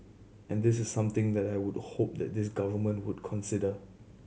and this is something that I would hope that this Government would consider